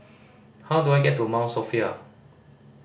how do I get to Mount Sophia